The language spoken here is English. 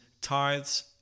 tithes